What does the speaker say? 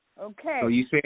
Okay